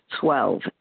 Twelve